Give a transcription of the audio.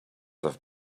have